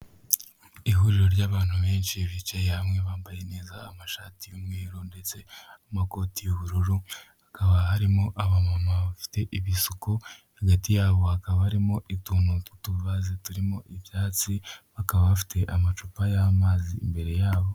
Ihuriro ry'abantu benshi bicaye hamwe bambaye neza, amashati y'umweru ndetse n'amakoti y'ubururu, hakaba harimo aba mama bafite ibisuko. Hagati yabo hakaba harimo utuntu tubaze turimo ibyatsi, bakaba bafite amacupa y'amazi imbere yabo.